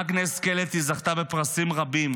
אגנס קלטי זכתה בפרסים רבים